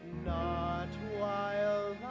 not while